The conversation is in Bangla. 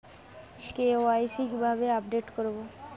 কে.ওয়াই.সি কিভাবে আপডেট করব?